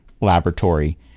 laboratory